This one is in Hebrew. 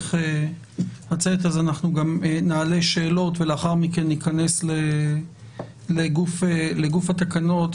בדרכך לצאת אז אנחנו נעלה שאלות ולאחר מכן ניכנס לגוף התקנות.